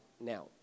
now